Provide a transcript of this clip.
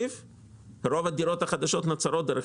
רוב הדירות החדשות נוצרות בתל אביב